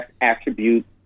attributes